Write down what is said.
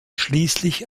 schließlich